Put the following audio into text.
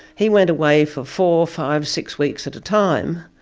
he went away for four, five, six weeks at a time,